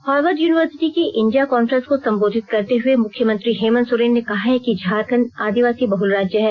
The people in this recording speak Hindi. हार्वर्ड यूनिवर्सिटी की इंडिया कांफ्रेंस को संबोधित करते हुए मुख्यमंत्री हेमंत सोरेन ने कहा है कि झारखंड आदिवासी बहल राज्य है